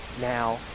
now